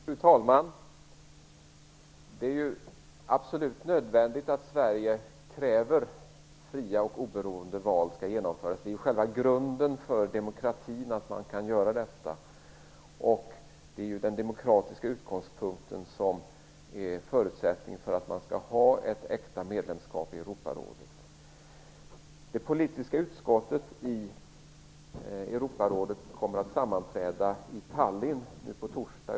Fru talman! Det är absolut nödvändigt att Sverige kräver att fria och oberoende val skall genomföras. Det är själva grunden för demokratin att man kan göra detta. Det är den demokratiska utgångspunkten som är förutsättningen för att man skall ha ett äkta medlemskap i Europarådet. Det politiska utskottet i Europarådet kommer att sammanträda i Tallinn nu på torsdag.